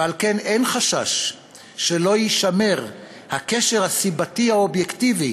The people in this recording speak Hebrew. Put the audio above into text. ועל כן אין חשש שלא יישמר הקשר הסיבתי האובייקטיבי